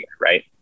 Right